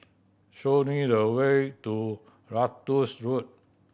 show me the way to Ratus Road